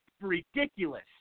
ridiculous